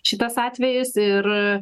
šitas atvejis ir